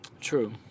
True